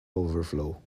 overflow